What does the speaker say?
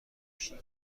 کشتی